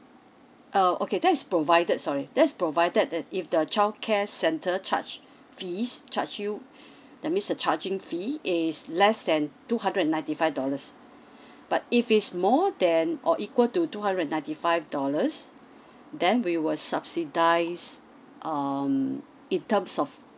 uh okay that is provided sorry that's provided that if the childcare centre charge fees charge you that means the charging fee is less than two hundred and ninety five dollars but if it's more than or equal to two hundred and ninety five dollars then we will subsidise um in terms of